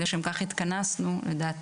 כי לשם כך התכנסנו לדעתי,